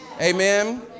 Amen